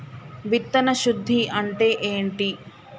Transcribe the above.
విత్తన శుద్ధి అంటే ఏంటి?